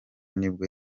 nibwo